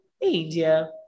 India